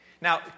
Now